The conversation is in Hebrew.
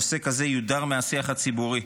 נושא כזה יודר מהשיח הציבורי.